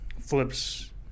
flips